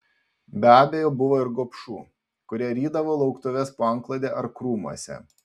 be abejo buvo ir gobšų kurie rydavo lauktuves po antklode ar krūmuose